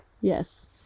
Yes